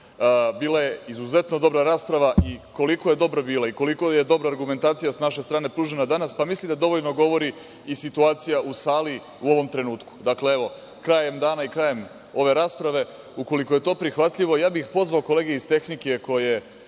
je izuzetno dobra rasprava i koliko je dobra bila i koliko je dobra argumentacija s naše strane pružena danas, pa mislim da dovoljno govori i situacija u sali u ovom trenutku. Dakle, evo, krajem dana i krajem ove rasprave, ukoliko je to prihvatljivo, ja bih pozvao kolege iz tehnike koji